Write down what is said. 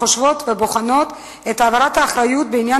חושבות ובוחנות את העברת האחריות בעניין